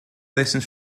lessons